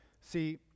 See